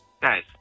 Guys